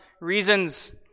reasons